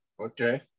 Okay